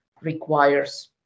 requires